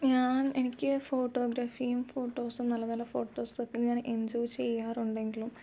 ഞാൻ എനിക്ക് ഫോട്ടോഗ്രഫിയും ഫോട്ടോസും നല്ല നല്ല ഫോട്ടോസൊക്കെ ഞാൻ എൻജോയ് ചെയ്യാറുണ്ടെങ്കിലും